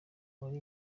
wari